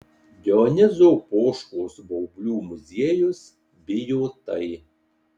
dionizo poškos baublių muziejus bijotai